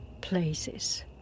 places